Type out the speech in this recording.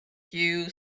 few